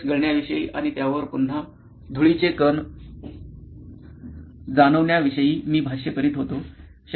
केस गळण्याविषयी आणि त्यावर पुन्हा धुळीचे कण जाणवण्याविषयी मी भाष्य करीत होतो